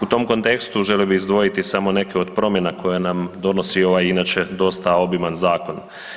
U tom kontekstu želio bih izdvojiti samo neke od promjena koja nam donosi ovaj, inače dosta obiman zakon.